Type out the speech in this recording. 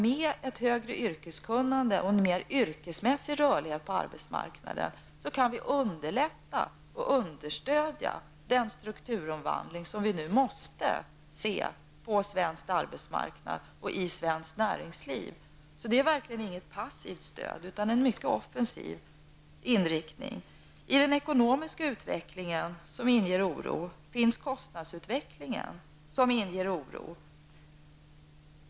Med ett större yrkeskunnande och en mer yrkesmässig rörlighet på arbetsmarknaden kan vi underlätta och understödja den strukturomvandling som vi nu måste se på svensk arbetsmarknad och i svenskt näringsliv. Det är alltså verkligen inget passivt stöd utan en mycket offensiv inriktning. I den ekonomiska utvecklingen, som inger oro, finns kostnadsutvecklingen, som inger oro.